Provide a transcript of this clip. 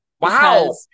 Wow